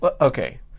Okay